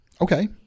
okay